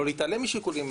לא להתעלם משיקולים,